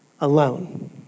alone